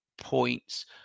points